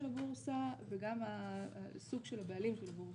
הבורסה וגם סוג של הבעלים של הבורסה.